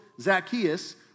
Zacchaeus